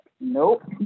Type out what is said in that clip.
Nope